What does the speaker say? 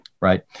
Right